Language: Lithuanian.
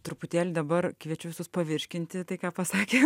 truputėlį dabar kviečiu visus pavirškinti tai ką pasakė